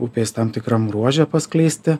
upės tam tikram ruože paskleisti